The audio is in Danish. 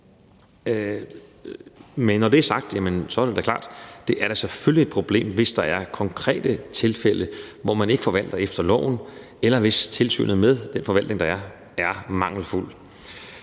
Men når det er sagt, vil jeg sige, at det da er klart, at det selvfølgelig er et problem, hvis der er konkrete tilfælde, hvor man ikke forvalter efter loven, eller hvis tilsynet med den forvaltning, der er, er mangelfuldt.